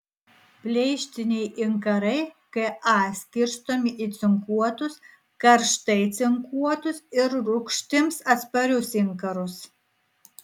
pleištiniai inkarai ka skirstomi į cinkuotus karštai cinkuotus ir rūgštims atsparius inkarus